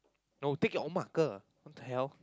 no take your own marker what the hell